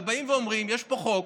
אבל באים ואומרים: יש פה חוק